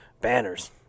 banners